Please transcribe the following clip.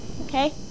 Okay